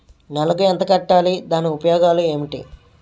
నెలకు ఎంత కట్టాలి? దాని ఉపయోగాలు ఏమిటి?